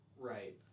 Right